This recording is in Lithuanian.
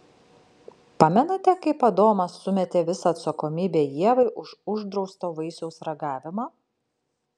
pamenate kaip adomas sumetė visą atsakomybę ievai už uždrausto vaisiaus ragavimą